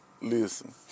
Listen